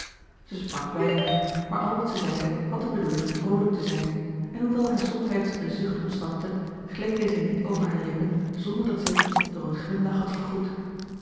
zij sprak weinig maar al wat zij zeide had de bedoeling vroolijk te zijn en hoewel haar somtijds een zucht ontsnapte gleed deze niet over haar lippen zonder dat zij dien door een glimlach had vergoed